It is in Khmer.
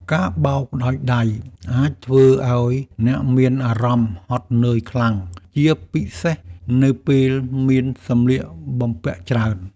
ការបោកដោយដៃអាចធ្វើឱ្យអ្នកមានអារម្មណ៍ហត់នឿយខ្លាំង ជាពិសេសនៅពេលមានសម្លៀកបំពាក់ច្រើន។